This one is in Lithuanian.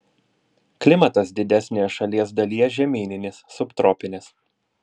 klimatas didesnėje šalies dalyje žemyninis subtropinis